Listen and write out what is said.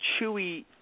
Chewy